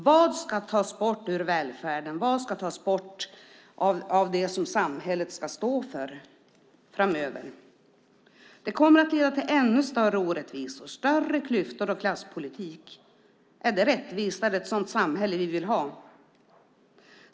Vad ska tas bort ur välfärden? Vad ska tas bort av det som samhället ska stå för framöver? Detta kommer att leda till ännu större orättvisor, större klyftor och klasspolitik. Är det rättvist? Är det ett sådant samhälle vi vill ha?